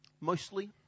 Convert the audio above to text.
mostly